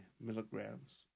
milligrams